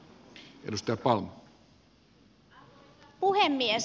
arvoisa puhemies